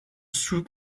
sous